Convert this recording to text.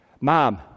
Mom